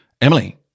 Emily